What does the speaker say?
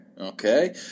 Okay